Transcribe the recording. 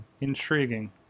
intriguing